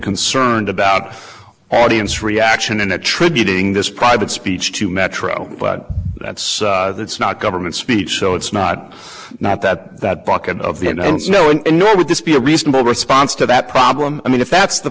concerned about audience reaction and attributing this private speech to metro but that's that's not government speech so it's not not that that bucket of the and it's no and nor would this be a reasonable response to that problem i mean if that's the